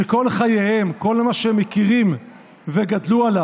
שכל חייהם, כל מה שהם מכירים וגדלו עליו,